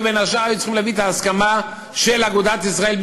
ובין השאר היו צריכים להביא את ההסכמה של אגודת ישראל,